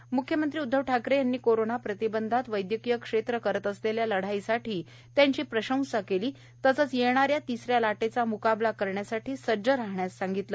मृख्यमंत्री उदधव ठाकरे यांनी कोरोना प्रतिबंधात वैद्यकीय क्षेत्र करीत असलेल्या लढाईसाठी त्यांची प्रशंसा केली तसेच येणाऱ्या तिसऱ्या लाटेचा मुकाबला करण्यासाठी सज्ज राहण्यास सांगितले